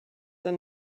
dann